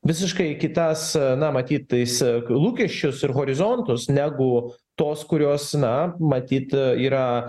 visiškai kitas na matyt tais lūkesčius ir horizontus negu tos kurios na matyt yra